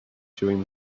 during